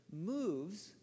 moves